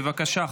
בבקשה,